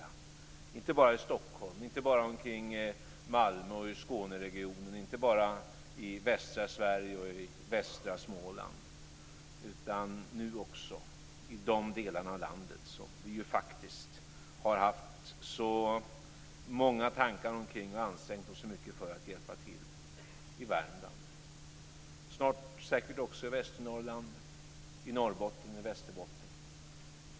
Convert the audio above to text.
Det gäller inte bara i Stockholm, omkring Malmö och i Skåneregionen, inte bara i västra Sverige och i västra Småland, utan nu också i de delar av landet som vi har tänkt så mycket på och ansträngt oss så mycket för att hjälpa. Det handlar om Värmland och snart säkert också Västernorrland, Norrbotten och Västerbotten.